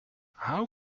how